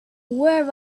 where